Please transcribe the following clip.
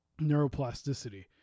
neuroplasticity